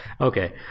Okay